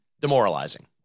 demoralizing